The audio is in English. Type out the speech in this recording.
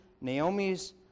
Naomi's